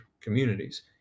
Communities